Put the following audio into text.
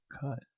cut